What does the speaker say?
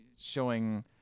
showing